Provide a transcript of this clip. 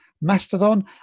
Mastodon